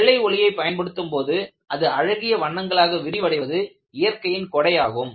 வெள்ளை ஒளியைப் பயன்படுத்தும் போது அது அழகிய வண்ணங்களாக விரிவடைவது இயற்கையின் கொடை ஆகும்